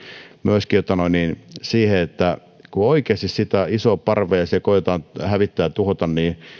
myöskin siihen että kun oikeasti sitä isoa parvea siellä koetetaan hävittää tuhota niin